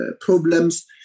problems